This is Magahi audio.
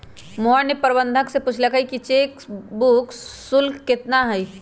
मोहन ने प्रबंधक से पूछल कई कि चेक बुक शुल्क कितना हई?